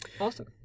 Awesome